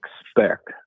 expect